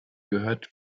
gehört